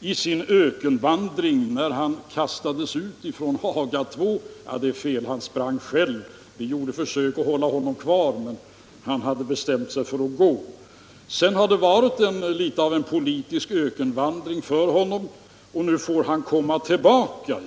i sin ökenvandring, sedan han kastades ut från Haga II-förhandlingarna. — Nej, det är fel: han sprang självmant; vi gjorde vissa försök att hålla honom kvar, men han hade redan bestämt sig för att gå. Sedan har det varit något av en politisk ökenvandring för honom, men nu får han komma tillbaka igen.